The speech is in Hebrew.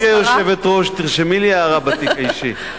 גברתי היושבת-ראש, תרשמי לי הערה בתיק האישי.